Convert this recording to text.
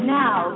now